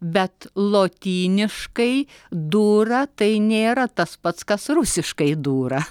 bet lotyniškai dura tai nėra tas pats kas rusiškai dura